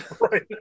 Right